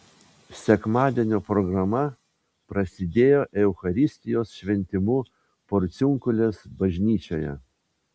sekmadienio programa prasidėjo eucharistijos šventimu porciunkulės bažnyčioje